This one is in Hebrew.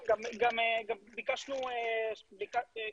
גם ביקשנו --- (נתק בזום).